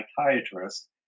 psychiatrist